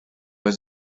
was